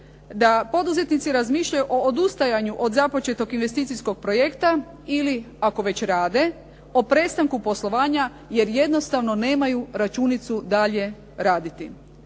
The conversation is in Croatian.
da poduzetnici razmišljaju o odustajanju od započetog investicijskog projekta ili ako već rade, o prestanku poslovanja, jer jednostavno nemaju računicu dalje raditi.